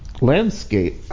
landscape